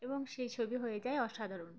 এবং সেই ছবি হয়ে যায় অসাধারণ